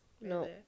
no